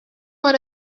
want